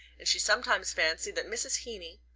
and she sometimes fancied that mrs. heeny,